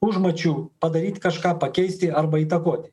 užmačių padaryt kažką pakeisti arba įtakoti